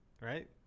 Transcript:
right